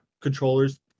controllers